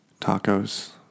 tacos